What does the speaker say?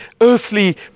earthly